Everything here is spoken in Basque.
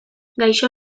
gaixo